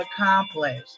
accomplished